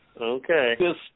Okay